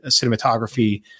cinematography